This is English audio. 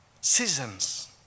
Seasons